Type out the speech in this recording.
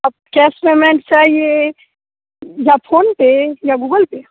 आप cash payment चाहिए या फ़ोनपे या गूगल पे